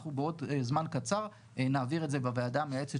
אנחנו בעוד זמן קצר נעביר את זה בוועדה המייעצת